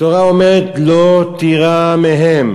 התורה אומרת: "לא תירא מהם